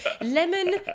lemon